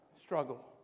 struggle